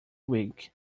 week